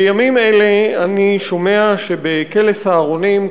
בימים אלה אני שומע שבכלא "סהרונים"